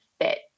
fit